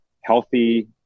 healthy